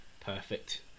Perfect